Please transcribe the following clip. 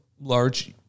large